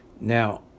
Now